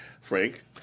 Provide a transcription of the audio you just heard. Frank